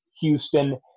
Houston